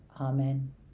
Amen